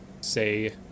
say